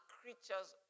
creatures